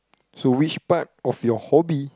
so which part of your hobby